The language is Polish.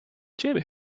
ciebie